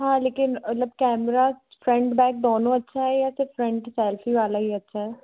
हाँ लेकिन मतलब कैमरा फ़्रंट बैक दोनों अच्छा है या सिर्फ़ फ़्रंट सैल्फ़ी वाला ही अच्छा है